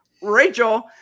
Rachel